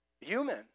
human